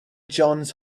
johns